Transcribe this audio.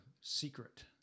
secret